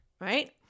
right